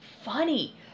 funny